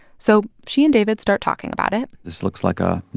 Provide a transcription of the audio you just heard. so she and david start talking about it this looks like a, you